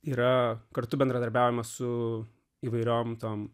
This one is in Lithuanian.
yra kartu bendradarbiavimas su įvairiom tom